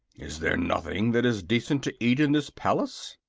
is there nothing that is decent to eat in this palace?